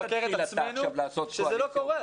אל תתחיל אתה עכשיו לעשות קואליציה ואופוזיציה.